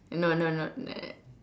no no no uh